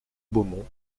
beaumont